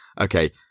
okay